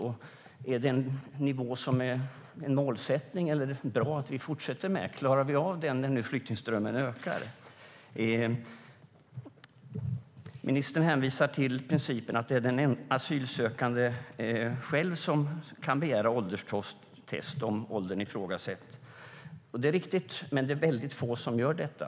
Är det en nivå som är en målsättning eller som det är bra att vi fortsätter med? Klarar vi av den nu när flyktingströmmen ökar? Ministern hänvisar till principen om att det är den asylsökande själv som kan begära ålderstest om åldern ifrågasätts. Det är riktigt. Men det är väldigt få som gör detta.